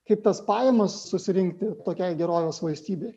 kaip tas pajamas susirinkti tokiai gerovės valstybei